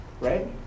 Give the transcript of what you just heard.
right